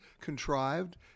contrived